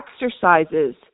exercises